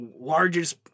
largest